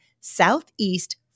Southeast